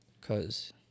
Cause